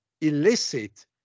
illicit